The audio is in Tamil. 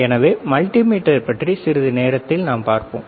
எனவே மல்டிமீட்டரைப் பற்றி சிறிது நேரத்தில் பார்ப்போம்